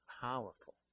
powerful